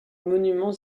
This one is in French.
monuments